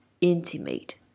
intimate